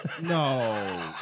No